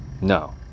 No